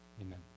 amen